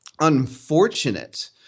unfortunate